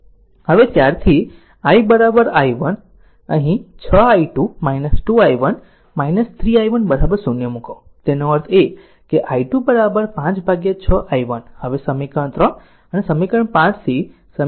હવે ત્યારથી I i1 અહીં 6 i2 2 i1 3 i1 0 મૂકો તેનો અર્થi2 5 6 i1 હવે સમીકરણ 3 અને સમીકરણ 5 થી